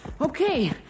Okay